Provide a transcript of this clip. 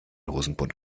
hosenbund